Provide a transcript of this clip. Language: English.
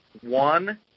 One